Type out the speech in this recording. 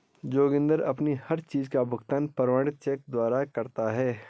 जोगिंदर अपनी हर चीज का भुगतान प्रमाणित चेक द्वारा करता है